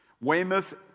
Weymouth